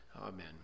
Amen